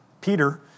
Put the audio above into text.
Peter